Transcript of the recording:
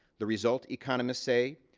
the result economists say?